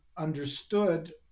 understood